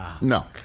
No